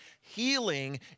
healing